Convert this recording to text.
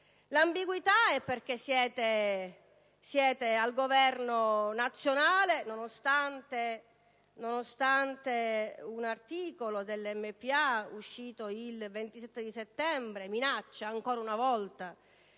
L'ambiguità è perché siete al Governo nazionale, nonostante un articolo dell'MPA, pubblicato il 27 settembre, minacci ancora una volta,